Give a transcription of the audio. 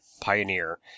pioneer